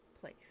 place